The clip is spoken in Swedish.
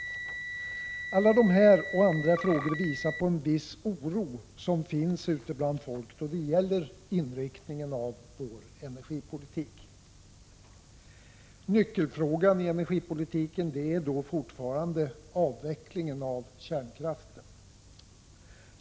Alla de här och andra frågor visar på en viss oro som finns ute bland folk då det gäller inriktningen av vår energipolitik. Nyckelfrågan i energipolitiken är fortfarande avvecklingen av kärnkraften.